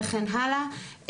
וכן הלאה.